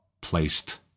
placed